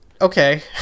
Okay